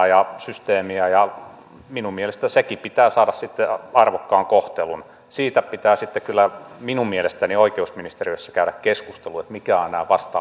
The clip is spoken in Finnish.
ja systeemiä ja minun mielestäni senkin pitää saada sitten arvokas kohtelu siitä pitää sitten kyllä minun mielestäni oikeusministeriössä käydä keskustelua mikä on näiden vasta